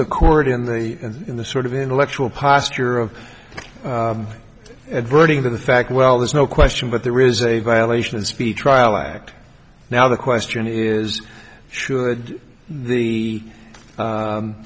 the court in the in the sort of intellectual posture of diverting the fact well there's no question but there is a violation of the speed trial act now the question is should the